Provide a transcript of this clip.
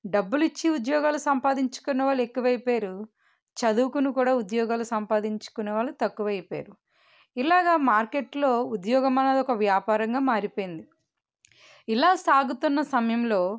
డబ్బులు ఇచ్చి ఉద్యోగాలు సంపాదించుకున్న వాళ్ళు ఎక్కువైపోయారు చదువుకుని కూడా ఉద్యోగాలు సంపాదించుకునే వాళ్ళు తక్కువైపోయారు ఇలాగా మార్కెట్లో ఉద్యోగం అనేది ఒక వ్యాపారంగా మారిపోయింది ఇలా సాగుతున్న సమయంలో